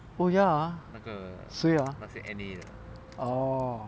oh ya 谁 ah oh